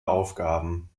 aufgaben